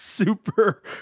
super